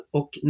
och